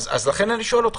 אז יש לי הצעה,